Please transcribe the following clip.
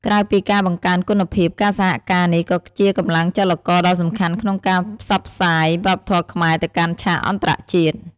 ក្រៅពីការបង្កើនគុណភាព ការសហការនេះក៏ជាកម្លាំងចលករដ៏សំខាន់ក្នុងការ ផ្សព្វផ្សាយវប្បធម៌ខ្មែរទៅកាន់ឆាកអន្តរជាតិ។